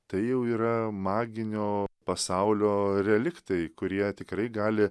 tai jau yra maginio pasaulio reliktai kurie tikrai gali